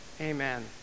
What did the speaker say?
Amen